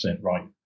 right